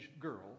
girl